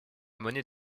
monnaie